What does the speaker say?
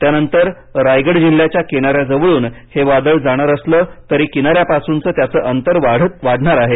त्यानंतर रायगड जिल्ह्याच्या किनाऱ्याजवळून हे वादळ जाणार असलं तरी किनाऱ्यापासूनचं त्याचं अंतर वाढणार आहे